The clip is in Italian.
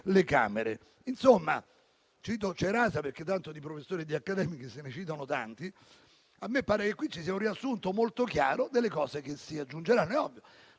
le Camere. Cito Cerasa, perché tanto di professori e di accademici se ne citano tanti. A me sembra che questo sia un riassunto molto chiaro delle cose che si aggiungeranno. È ovvio